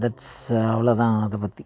that's அவ்வளோ தான் அதைப் பற்றி